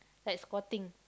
like squatting